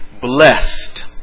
Blessed